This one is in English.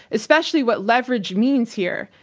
especially what leverage means here.